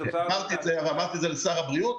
הנושא של הפריפריה?